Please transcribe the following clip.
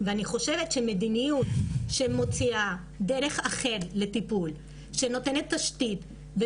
ואני חושבת שמדיניות שמוציאה דרך אחרת לטיפול ושנותנת תשתית,